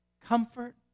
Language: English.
comfort